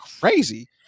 crazy